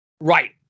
Right